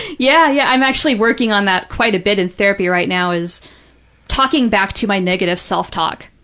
yeah, yeah. i'm actually working on that quite a bit in therapy right now, is talking back to my negative self-talk.